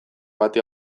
bati